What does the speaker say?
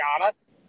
honest